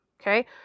Okay